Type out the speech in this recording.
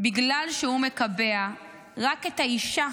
בגלל שהוא מקבע רק את האישה